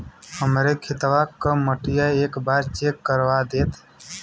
हमरे खेतवा क मटीया एक बार चेक करवा देत?